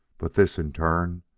but this, in turn,